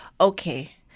okay